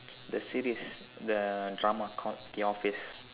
the series the drama called the office